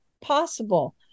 possible